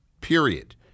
Period